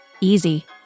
easy